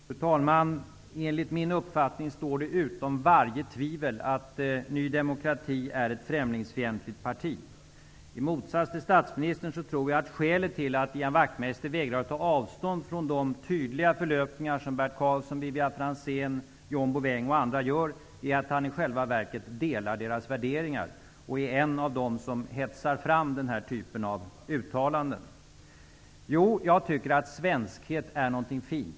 Fru talman! Enligt min uppfattning står det utom allt tvivel att Ny demokrati är ett främlingsfientligt parti. I motsats till statsministern tror jag att skälet till att Ian Wachtmeister vägrar att ta avstånd från de tydliga förlöpningar som Bert Karlsson, Vivianne Franzén, John Bouvin och andra gör är att han i själva verket delar deras värderingar och är en av dem som hetsar fram den här typen av uttalanden. Jag tycker att svenskhet är någonting fint.